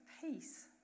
peace